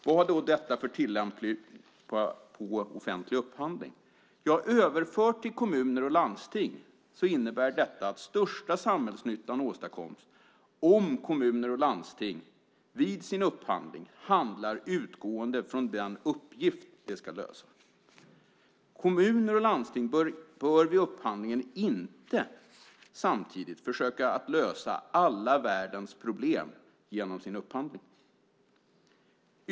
Vad har detta för tillämpning på offentlig upphandling? Överfört till kommuner och landsting innebär det att största samhällsnyttan åstadkoms om kommuner och landsting vid upphandling handlar utgående från den uppgift som ska lösas. Kommuner och landsting bör vid upphandlingen inte samtidigt försöka lösa alla världens problem genom sin upphandling.